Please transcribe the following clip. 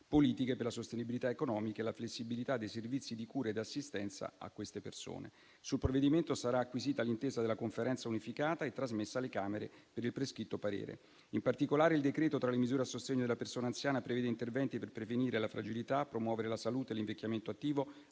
politiche per la sostenibilità economica e la flessibilità dei servizi di cura e assistenza a queste persone. Sul provvedimento sarà acquisita l'intesa della Conferenza unificata e trasmessa alle Camere per il prescritto parere. In particolare, il decreto, tra le misure a sostegno della persona anziana, prevede interventi per prevenire la fragilità, promuovere la salute e l'invecchiamento attivo